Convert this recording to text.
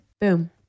Boom